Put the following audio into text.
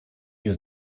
nie